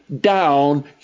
down